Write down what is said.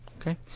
Okay